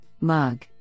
mug